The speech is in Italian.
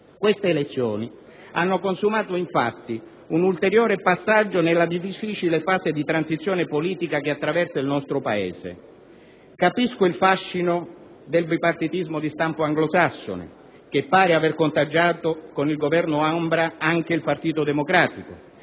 Queste elezioni hanno consumato infatti un ulteriore passaggio nella difficile fase di transizione politica che attraversa il nostro Paese. Capisco il fascino del bipartitismo di stampo anglosassone, che pare aver contagiato, con il governo ombra, anche il Partito Democratico,